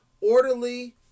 orderly